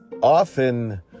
often